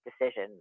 decision